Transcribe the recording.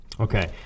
Okay